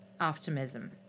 optimism